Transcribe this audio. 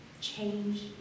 change